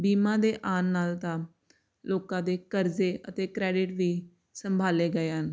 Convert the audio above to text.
ਬੀਮਾ ਦੇ ਆਉਣ ਨਾਲ ਤਾਂ ਲੋਕਾਂ ਦੇ ਕਰਜ਼ੇ ਅਤੇ ਕ੍ਰੈਡਿਟ ਵੀ ਸੰਭਾਲੇ ਗਏ ਹਨ